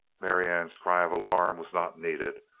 marianne's cry of alarm was not needed.